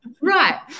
Right